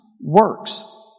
works